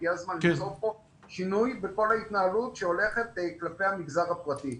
הגיע הזמן ליצור פה שינוי בכל ההתנהלות שהולכת כלפי המגזר הפרטי.